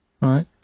Right